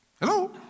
Hello